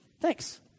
Thanks